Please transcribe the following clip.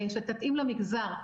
שתתאים למגזר,